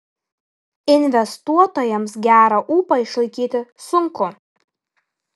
investuotojams gerą ūpą išlaikyti sunku